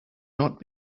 not